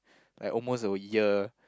like almost a year